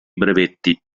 brevetti